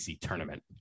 tournament